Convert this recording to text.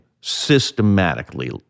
systematically